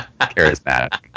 charismatic